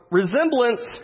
resemblance